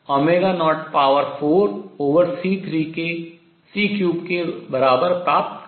और dEdtnn 1 को 13e24004c3 के बराबर प्राप्त करूंगा